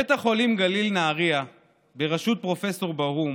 בית החולים גליל נהריה בראשות פרופ' ברהום